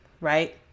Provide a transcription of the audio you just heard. right